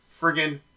friggin